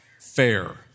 fair